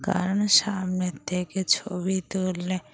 কারণ সামনের থেকে ছবি তুললে